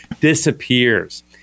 disappears